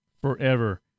forever